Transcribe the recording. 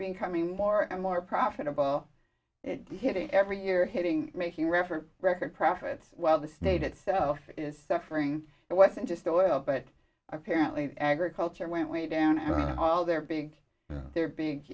being coming more and more profitable hitting every year hitting making reference record profits while the state itself is suffering it wasn't just the oil but apparently agriculture went way down and all their big their big